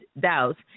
doubts